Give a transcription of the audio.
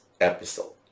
episode